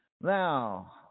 Now